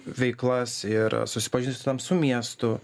veiklas ir susipažįstam su miestu